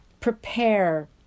prepare